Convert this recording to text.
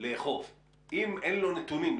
לאכוף אם אין לו נתונים.